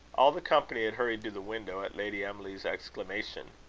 all the company had hurried to the window at lady emily's exclamation.